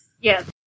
Yes